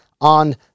on